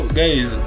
guys